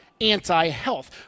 anti-health